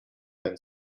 and